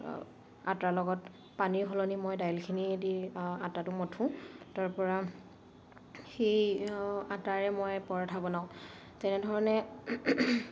আটাৰ লগত পানীৰ সলনি মই দাইলখিনি দি আটাটো মঠোঁ তাৰপৰা সেই আটাৰে মই পৰঠা বনাওঁ তেনেধৰণে